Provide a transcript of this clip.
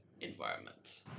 environment